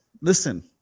listen